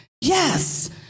Yes